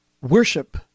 worship